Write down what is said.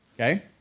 Okay